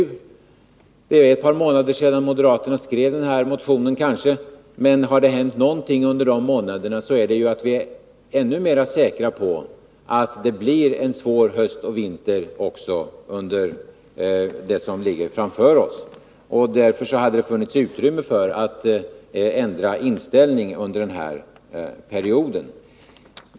Det är kanske ett par månader sedan som moderaterna skrev sin motion, men om något har hänt under dessa månader är det att vi blivit ännu mera säkra på att vi har en svår höst och en svår vinter framför oss. Det har därför funnits utrymme för att ändra inställning under denna period.